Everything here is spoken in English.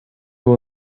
will